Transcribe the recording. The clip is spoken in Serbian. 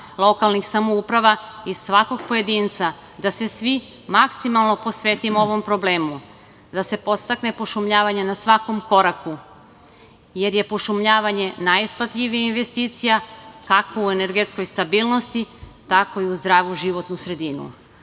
lokalnih samouprava i svakog pojedinca da se svi maksimalno posvetimo ovom problemu, da se podstakne pošumljavanje na svakom koraku, jer je pošumljavanje najisplativija investicija kako u energetskoj stabilnosti, tako i u zdravu životnu sredinu.